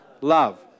Love